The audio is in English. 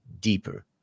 deeper